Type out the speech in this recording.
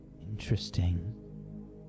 Interesting